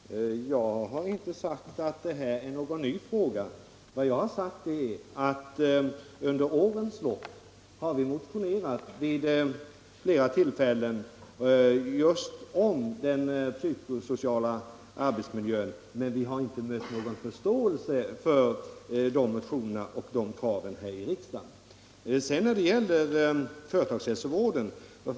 Fru talman! Jag har inte sagt att det här är någon ny fråga. Vad jag har sagt är att under årens lopp har vi vid flera tillfällen motionerat just om den psykosociala arbetsmiljön, men vi har inte här i riksdagen mött något förståelse för kraven i motionerna.